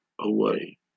away